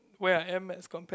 where I am as compared